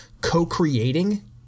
co-creating